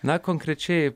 na konkrečiai